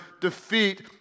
defeat